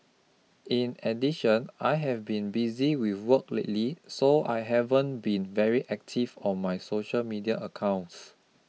in addition I have been busy with work lately so I haven't been very active on my social media accounts